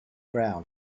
ground